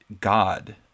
God